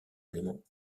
éléments